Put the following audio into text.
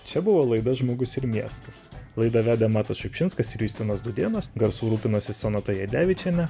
čia buvo laida žmogus ir miestas laidą vedė matas šiupšinskas ir justinas dūdėnas garsu rūpinosi sonata jadevičienė